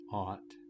ought